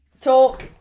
Talk